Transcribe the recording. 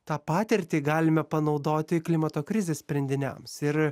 tą patirtį galime panaudoti klimato krizės sprendiniams ir